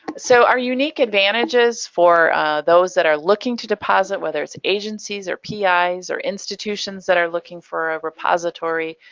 so our unique advantages for those that are looking to deposit, whether it's agencies or pi's or institutions that are looking for a repository,